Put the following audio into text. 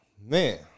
man